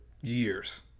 years